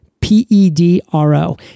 P-E-D-R-O